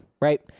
right